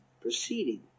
proceeding